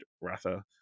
Ratha